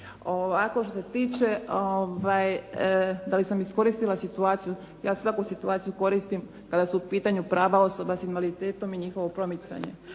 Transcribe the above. Što se tiče da li sam iskoristila situaciju. Ja svaku situaciju koristim kada su u pitanju prava osoba s invaliditetom i njihovo promicanje.